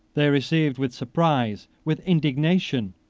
they received with surprise, with indignation,